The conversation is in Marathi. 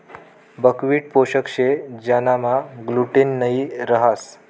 बकव्हीट पोष्टिक शे ज्यानामा ग्लूटेन नयी रहास